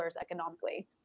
economically